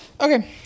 Okay